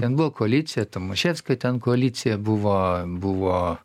ten buvo koalicija tomaševskio ten koalicija buvo buvo